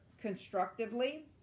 constructively